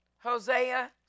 Hosea